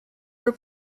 were